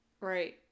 right